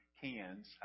cans